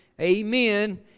amen